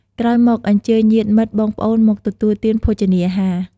ក្រោយមក អញ្ជើញញាតិមិត្ត បងប្អូនមកទទួលទានភោជនីអាហារ។